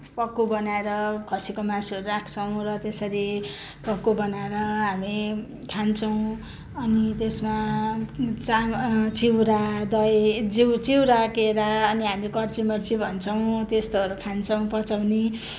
पक्कु बनाएर खसीको मासुहरू राख्छौँ र त्यसरी पक्कु बनाएर हामी खान्छौँ अनि त्यसमा चाम चिउरा दही चिउरा केरा अनि हामी कर्ची मर्ची भन्छौँ त्यस्तोहरू खान्छौँ पचाउनी